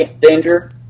danger